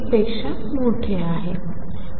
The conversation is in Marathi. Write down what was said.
पेक्षा मोठे आहे